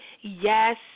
yes